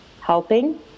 helping